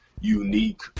unique